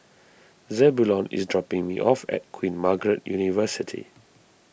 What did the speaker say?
Zebulon is dropping me off at Queen Margaret University